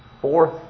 fourth